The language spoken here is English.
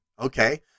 Okay